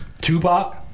Tupac